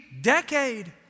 decade